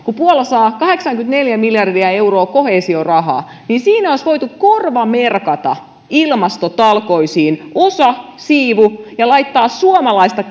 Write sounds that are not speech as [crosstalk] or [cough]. kun puola saa kahdeksankymmentäneljä miljardia euroa koheesiorahaa niin siinä olisi voitu korvamerkata ilmastotalkoisiin osa siivu ja laittaa suomalaista [unintelligible]